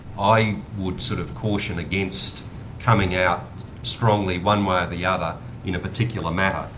i would sort of caution against coming out strongly one way or the other in a particular matter,